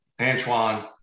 Antoine